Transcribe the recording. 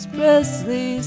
Presley